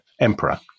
emperor